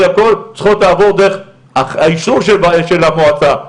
צריכות לעבור אישור של המועצה.